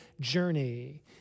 journey